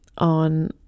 on